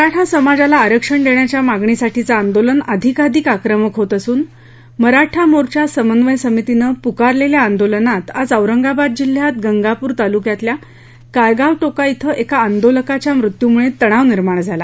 मराठा समाजाला आरक्षण देण्याच्या मागणीसाठीचं आंदोलन अधिकाधिक आक्रमक होत असून मराठा मोर्चा समन्वय समितीनं पकारलेल्या आंदोलनात आज औरंगाबाद जिल्ह्यात गंगापूर तालुक्यातल्या कायगाव टोका िंग एका आंदोलकाच्या मृत्यूमुळे तणाव निर्माण झाला